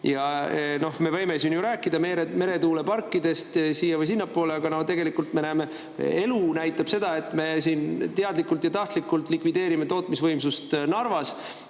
Ja me võime siin ju rääkida meretuuleparkidest siia- või sinnapoole, aga tegelikult elu näitab seda, et me siin teadlikult ja tahtlikult likvideerime tootmisvõimsust Narvas,